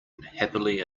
happily